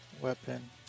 weapon